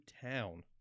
town